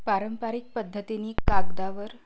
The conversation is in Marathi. पारंपरिक पद्धतीने कागदावर